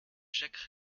jacques